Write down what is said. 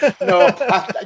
no